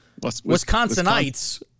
Wisconsinites